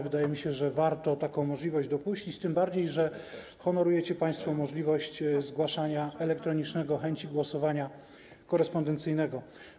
Wydaje mi się, że warto taką możliwość dopuścić, tym bardziej że honorujecie państwo możliwość zgłaszania elektronicznego chęci głosowania korespondencyjnego.